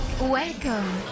Welcome